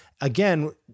Again